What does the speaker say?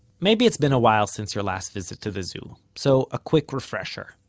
maybe its been a while since your last visit to the zoo, so a quick refresher.